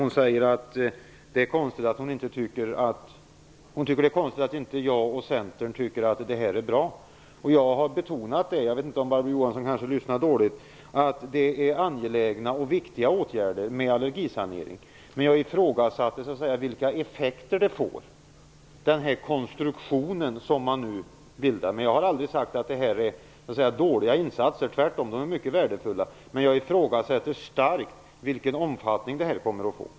Hon menade att det är konstigt att jag och Centern inte tycker att det är bra. Hon kanske lyssnade dåligt, därför att jag betonade att allergisanering är en angelägen och viktig åtgärd. Jag ifrågasatte vilka effekter den konstruktion får som man nu gör. Jag har aldrig sagt att insatserna är dåliga - de är tvärtom mycket värdefulla. Men jag ifrågasätter starkt vilken omfattning de kommer att få.